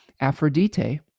Aphrodite